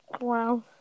wow